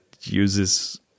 uses